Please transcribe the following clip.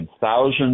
Thousands